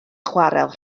chwarel